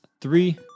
Three